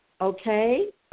Okay